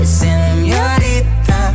señorita